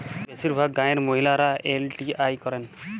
বেশিরভাগ গাঁয়ের মহিলারা এল.টি.আই করেন